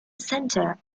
center